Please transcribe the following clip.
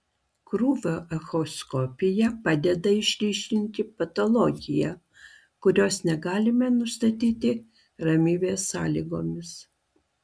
krūvio echoskopija padeda išryškinti patologiją kurios negalime nustatyti ramybės sąlygomis